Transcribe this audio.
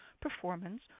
performance